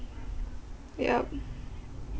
yup